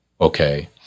okay